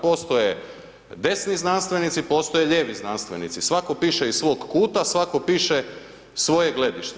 Postoje desni znanstvenici, postoje lijevi znanstvenici, svatko piše iz svog kuta, svatko piše svoje gledište.